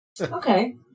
Okay